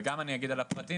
וגם אני אגיד על הפרטיים,